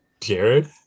Jared